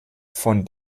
von